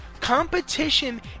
Competition